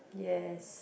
yes